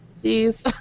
Please